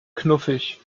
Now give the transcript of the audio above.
knuffig